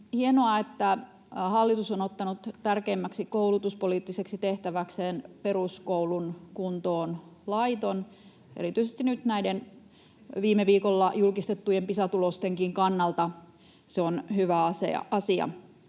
hienoa, että hallitus on ottanut tärkeimmäksi koulutuspoliittiseksi tehtäväkseen peruskoulun kuntoon laiton. Erityisesti nyt näiden viime viikolla julkistettujen Pisa-tulostenkin kannalta se on hyvä asia.